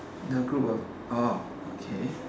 the group of orh okay